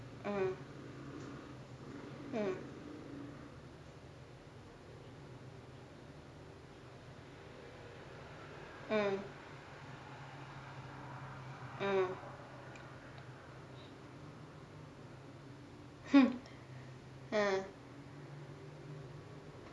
mm mm mm mm mm